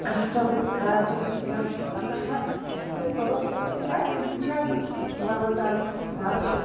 कष्टं कदाचित् स्यात् अतः पर्वते अपि मम इच्छा तु पर्वतादिषु तादृशेषु